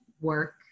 work